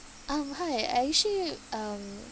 um hi I actually um